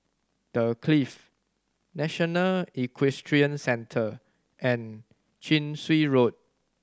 The Clift National Equestrian Centre and Chin Swee Road